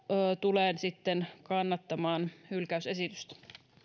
tulen kakkoskäsittelyssä kannattamaan hylkäysesitystä